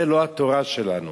זה לא התורה שלנו.